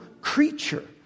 creature